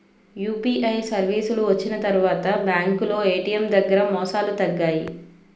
UPI సర్వీసులు వచ్చిన తర్వాత బ్యాంకులో ఏటీఎం దగ్గర మోసాలు తగ్గాయి